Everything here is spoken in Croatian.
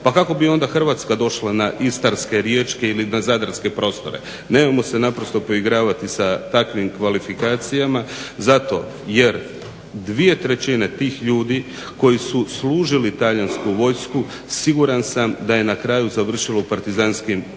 Pa kako bi onda Hrvatska došla na istarske, riječke ili na zadarske prostore. Nemojmo se naprosto poigravati sa takvim kvalifikacijama, zato jer dvije trećine tih ljudi koji su služili talijansku vojsku siguran sam da je na kraju završilo u partizanskim postrojbama